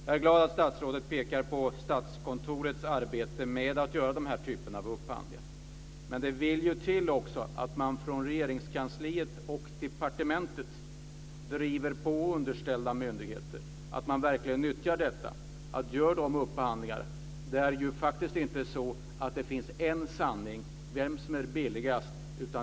Jag är glad att statsrådet pekar på Statskontorets arbete med dessa typer av upphandlingar. Men det vill till att man från Regeringskansliet och departementet driver på underställda myndigheter så att de verkligen utnyttjar denna möjlighet och gör upphandlingar. Det är faktiskt inte så att det finns en sanning när det gäller vem som är billigast.